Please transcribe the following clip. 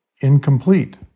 incomplete